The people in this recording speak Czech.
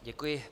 Děkuji.